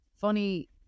funny